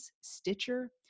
Stitcher